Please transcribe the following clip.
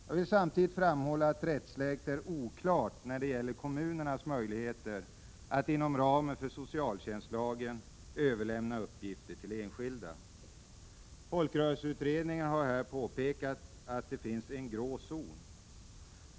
Jag vill samtidigt framhålla att rättsläget är oklart när det gäller kommunernas möjligheter att inom ramen för socialtjänstlagen överlämna uppgifter till enskilda. Folkrörelseutredningen har påtalat att det här finns en ”gråzon”.